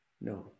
No